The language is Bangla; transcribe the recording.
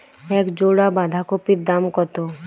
এক জোড়া বাঁধাকপির দাম কত?